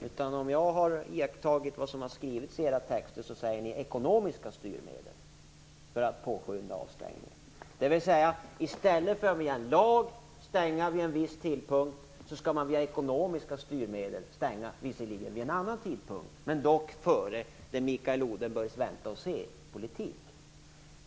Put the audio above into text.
Enligt vad jag har iakttagit i era texter talar ni om ekonomiska styrmedel för att påskynda avstängningen, dvs. att i stället för att via en lag stänga vid en viss tidpunkt skall stängningen ske via ekonomiska styrmedel, visserligen vid en annan tidpunkt, men dock före det som Mikael Odenberg förordar i sin väntaoch-se-politik.